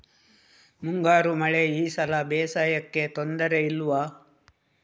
ಮುಂಗಾರು ಮಳೆ ಈ ಸಲ ಬೇಸಾಯಕ್ಕೆ ತೊಂದರೆ ಇಲ್ವ?